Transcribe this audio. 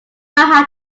how